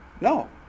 No